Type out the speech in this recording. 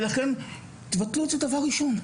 ולכן תבטלו את זה דבר ראשון.